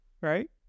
right